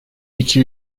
iki